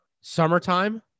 summertime